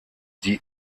die